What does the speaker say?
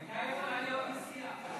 הייתה יכולה להיות נשיאה.